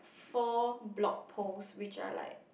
four blog posts which are like